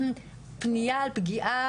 פנייה על פגיעה,